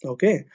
Okay